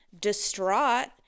distraught